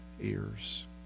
ears